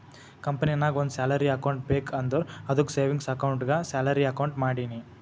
ಕಂಪನಿನಾಗ್ ಒಂದ್ salary account ಬೇಕ್ ಅಂದುರ್ ಅದ್ದುಕ್ ಸೇವಿಂಗ್ಸ್ ಅಕೌಂಟ್ಗೆ ಸ್ಯಾಲರಿ ಅಕೌಂಟ್ ಮಾಡಿನಿ